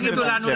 תגידו לנו.